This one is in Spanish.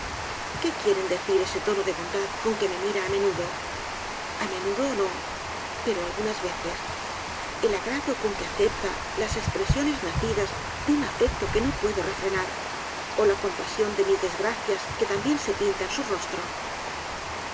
qué quieren decir ese tono de bondad con que me mira á menudo á menudo no pero algunas veces el agrado con que acepta las espresiones nacidas de un afecto que no puedo refrenar ó la compasión de mis desgracias que tan bien se pinta en su rostro